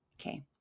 Okay